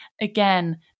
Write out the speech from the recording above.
Again